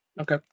okay